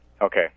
okay